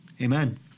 Amen